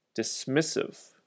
dismissive